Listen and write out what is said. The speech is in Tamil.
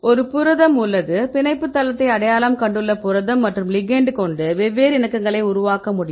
ஒரு புரதம் உள்ளது பிணைப்பு தளத்தை அடையாளம் கண்டுள்ள புரதம் மற்றும் லிகெெண்ட் கொண்டு வெவ்வேறு இணக்கங்களை உருவாக்க முடியும்